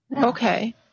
Okay